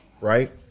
right